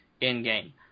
In-game